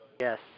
Yes